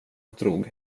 drog